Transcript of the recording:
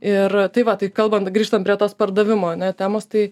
ir tai va tai kalbant grįžtant prie tos pardavimo ar ne temos tai